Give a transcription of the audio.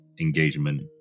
engagement